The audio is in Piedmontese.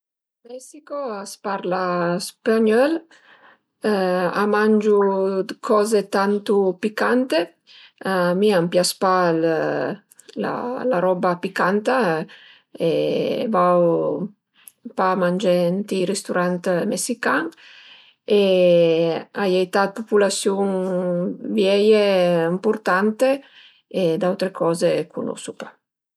Ën Messico a s'parla spagnöl, a mangiu d'coze tantu picante, a mi a m'pias pa la roba picanta e vau pa mangé ënt i risturant mesican e a ie ità dë pupulasiun vieie e ëmpurtante e d'autre coze cunosu pa